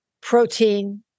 protein